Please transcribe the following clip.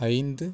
ஐந்து